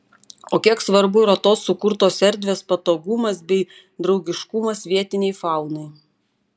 o kiek svarbu yra tos sukurtos erdvės patogumas bei draugiškumas vietinei faunai